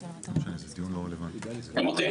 אוקיי,